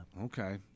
Okay